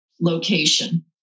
location